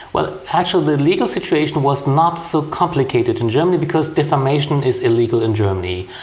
well actually the legal situation was not so complicated in germany because defamation is illegal in germany.